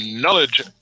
knowledge